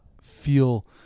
feel